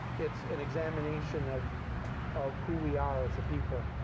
it's an examination of of who we are as a people.